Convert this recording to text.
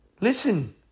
Listen